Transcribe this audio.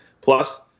Plus